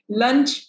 lunch